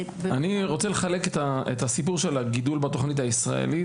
אני רוצה לחלק את הסיפור של הגידול בתוכנית הישראלית